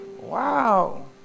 Wow